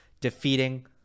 defeating